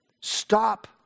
Stop